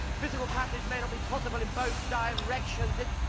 physical passage may not be possible in both directions. it.